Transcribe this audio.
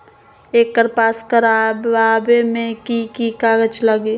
एकर पास करवावे मे की की कागज लगी?